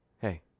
hey